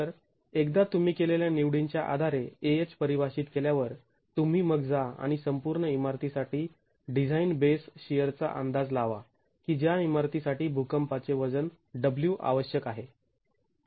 तर एकदा तुम्ही केलेल्या निवडींच्या आधारे Ah परिभाषित केल्यावर तुम्ही मग जा आणि संपूर्ण इमारती साठी डिझाईन बेस शिअर चा अंदाज लावा की ज्या इमारती साठी भूकंपाचे वजन W आवश्यक आहे